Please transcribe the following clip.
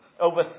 Over